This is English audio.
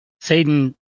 Satan